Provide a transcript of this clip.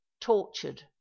tortured